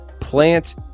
plant